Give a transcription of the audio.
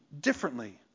differently